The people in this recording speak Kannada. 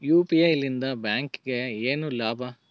ಯು.ಪಿ.ಐ ಲಿಂದ ಬ್ಯಾಂಕ್ಗೆ ಏನ್ ಲಾಭ?